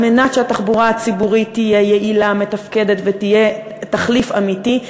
על מנת שהתחבורה הציבורית תהיה יעילה ומתפקדת ותהיה תחליף אמיתי,